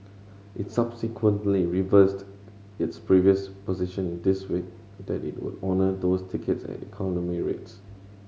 it subsequently reversed its previous position this week that it would honour those tickets at economy rates